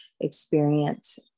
experience